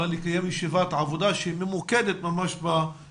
אבל לקיים ישיבת עבודה שהיא ממוקדת בסוגיות